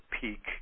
peak